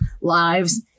lives